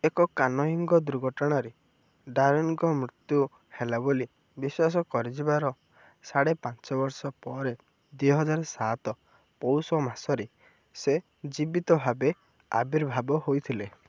ଏକ କାନୋଇଙ୍ଗ ଦୁର୍ଘଟଣାରେ ଡାରଉଇନ୍ଙ୍କ ମୃତ୍ୟୁ ହେଲା ବୋଲି ବିଶ୍ୱାସ କରାଯିବାର ସାଢ଼େ ପାଞ୍ଚ ବର୍ଷ ପରେ ଦୁଇ ହଜାର ସାତ ପୌଷମାସ ସେ ଜୀବିତ ଭାବେ ଆବିର୍ଭାବ ହୋଇଥିଲେ